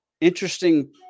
interesting